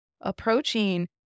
approaching